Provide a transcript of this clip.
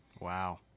Wow